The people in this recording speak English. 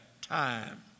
time